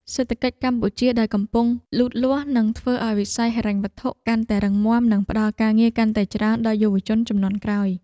សេដ្ឋកិច្ចកម្ពុជាដែលកំពុងលូតលាស់នឹងធ្វើឱ្យវិស័យហិរញ្ញវត្ថុកាន់តែរឹងមាំ និងផ្តល់ការងារកាន់តែច្រើនដល់យុវជនជំនាន់ក្រោយ។